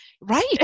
right